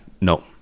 no